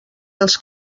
els